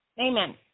Amen